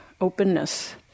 openness